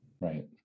Right